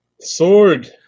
sword